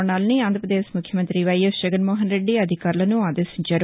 ఉండాలని ఆంధ్రపదేశ్ ముఖ్యమంతి వైఎస్ జగన్మోహన్రెడ్డి అధికారులను ఆదేశించారు